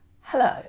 Hello